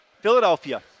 Philadelphia